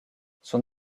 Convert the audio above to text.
son